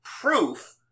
proof